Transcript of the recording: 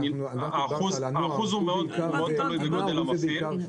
האחוז הוא מאוד תלוי בגודל המפעיל.